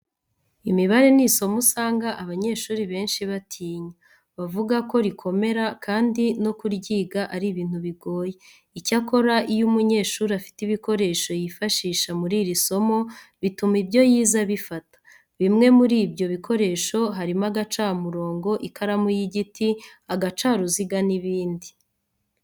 Imibare ni isomo usanga abanyeshuri benshi batinya. Bavuga ko rikomera kandi no kuryiga ari ibintu bigoye. Icyakora, iyo umunyeshuri afite ibikoresho yifashisha muri iri somo bituma ibyo yize abifata. Bimwe muri ibyo bikoresho, harimo agacamurongo, ikaramu y'igiti, agacaruziga n'ibindi.